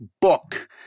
book